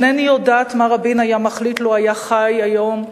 אינני יודעת מה רבין היה מחליט לו חי היום,